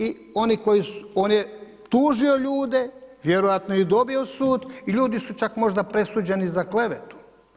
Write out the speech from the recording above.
I on je tužio ljude, vjerojatno je i dobio sud i ljudi su čak možda presuđeni za klevetu.